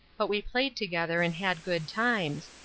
but we played together and had good times,